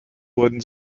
wurden